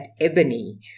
Ebony